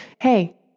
hey